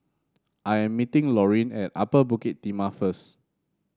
I am meeting Lorene at Upper Bukit Timah first